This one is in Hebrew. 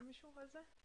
כן.